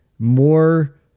More